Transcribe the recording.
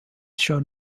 show